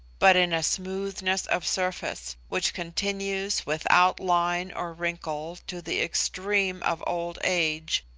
but in a smoothness of surface, which continues without line or wrinkle to the extreme of old age,